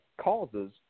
causes